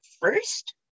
first